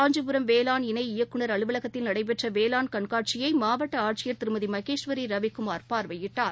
காஞ்சிபுரம் வேளாண் இணை இயக்குநர் அலுவலகத்தில் நடைபெற்ற வேளாண் கண்காட்சியை மாவட்ட ஆட்சியர் திருமதி மகேஸ்வரி ரவிகுமார் பார்வையிட்டார்